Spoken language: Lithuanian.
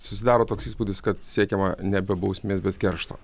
susidaro toks įspūdis kad siekiama nebe bausmės bet keršto